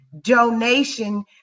donation